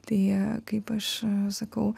tai kaip aš sakau